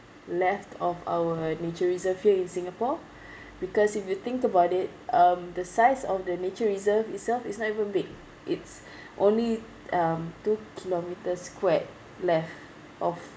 left of our nature reserve here in singapore because if you think about it um the size of the nature reserve itself is not even big it's only um two kilometre squared left of